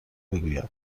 بگویم